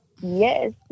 yes